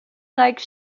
like